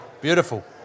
Beautiful